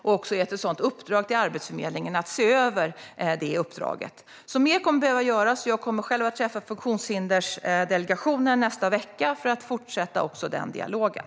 Och vi har gett Arbetsförmedlingen i uppdrag att se över uppdraget. Mer kommer alltså att behöva göras. Jag kommer själv att träffa Funktionshindersdelegationen nästa vecka för att fortsätta den dialogen.